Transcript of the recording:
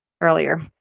earlier